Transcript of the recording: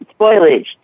spoilage